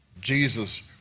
Jesus